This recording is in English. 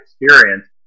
experience